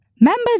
Members